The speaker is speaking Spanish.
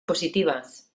positivas